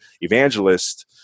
evangelist